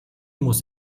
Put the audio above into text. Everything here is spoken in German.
muss